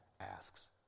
asks